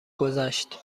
گذشت